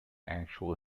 actual